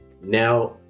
now